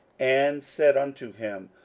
and said unto him,